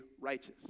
righteous